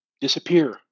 disappear